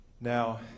Now